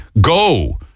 go